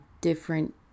different